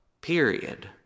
period